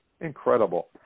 incredible